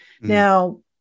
Now